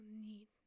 need